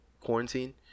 quarantine